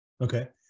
Okay